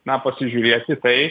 na pasižiūrėt į tai